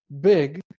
big